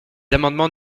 amendements